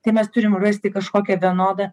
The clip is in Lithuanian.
tai mes turim rasti kažkokią vienodą